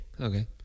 Okay